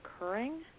occurring